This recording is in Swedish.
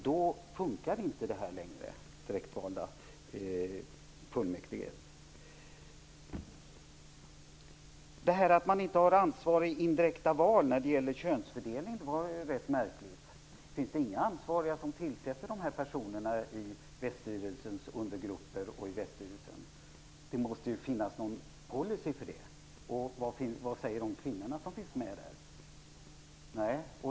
Då funkar inte längre det här med direktvalda fullmäktige. Det här att man inte har ansvar när det gäller könsfördelning i indirekta val var ju rätt märkligt. Finns det inga ansvariga som tillsätter de här personerna i Väststyrelsens undergrupper och i Väststyrelsen? Det måste ju finnas någon policy. Vad säger de kvinnor som finns med?